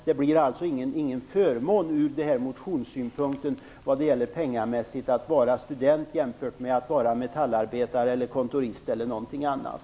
Det är alltså ingen förmån penningmässigt att vara student jämfört med att vara metallarbetare, kontorist eller någonting annat.